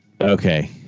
okay